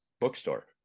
bookstore